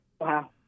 Wow